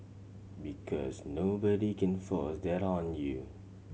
because nobody can force that on you